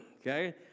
okay